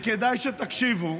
וכדאי שתקשיבו.